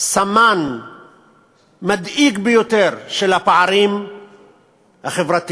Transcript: סמן מדאיג ביותר של הפערים החברתיים